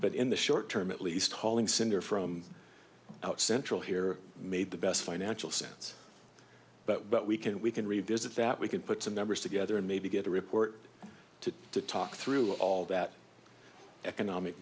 but in the short term at least hauling cinder from out central here made the best financial sense but what we can we can revisit that we can put some numbers together and maybe get a report to talk through all that economic